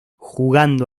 jugando